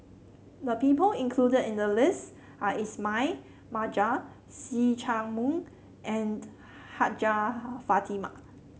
the people included in the list are Ismail Marjan See Chak Mun and Hajjah Fatimah